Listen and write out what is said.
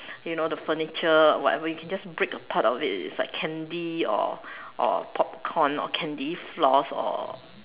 you know the furniture whatever you can just break a part of it it's like candy or or popcorn or candy floss or